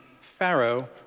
Pharaoh